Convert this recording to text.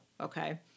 Okay